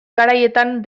garaietan